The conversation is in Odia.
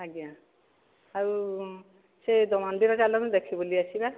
ଆଜ୍ଞା ଆଉ ସେ ମନ୍ଦିର ଚାଲନ୍ତୁ ଦେଖି ବୁଲି ଆସିବା